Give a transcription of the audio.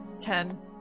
Ten